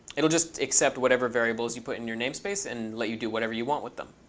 just accept whatever variables you put in your namespace and let you do whatever you want with them.